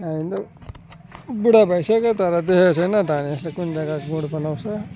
अहिले बुढा भइसक्यो तर देखेको छैन धनेसले कुन जगा गुँड बनाउँछ